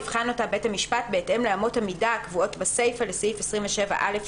יבחן אותה בית המשפט בהתאם לאמות המידה הקבועות בסיפא לסעיף 27(ה)(1).